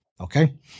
okay